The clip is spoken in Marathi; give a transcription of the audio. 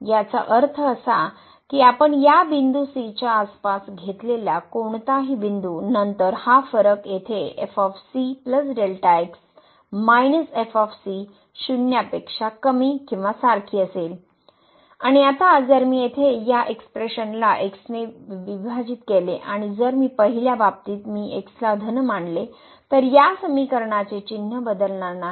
याचा अर्थ असा की आपण या बिंदू सी च्या आसपास घेतलेला कोणताही बिंदू नंतर हा फरक येथे f of C plus delta x minus f of सी≤0शून्यापेक्षा पेक्षा कमी किंवा सारखी असेल आणि आता जर मी येथे या एक्सप्रेशनला x ने विभाजित केले आणि जर मी पहिल्या बाबतीत मी x ला धन मानले तर या समीकरणाचे चिन्ह बदलणार नाही